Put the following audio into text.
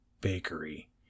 bakery